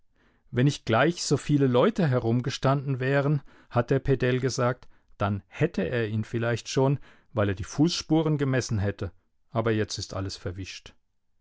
wenn nicht gleich so viele leute herumgestanden wären hat der pedell gesagt dann hätte er ihn vielleicht schon weil er die fußspuren gemessen hätte aber jetzt ist alles verwischt